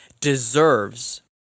deserves